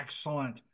excellent